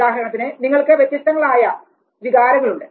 ഉദാഹരണത്തിന് നിങ്ങൾക്ക് വ്യത്യസ്തങ്ങളായ വികാരങ്ങളുണ്ട്